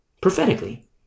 Prophetically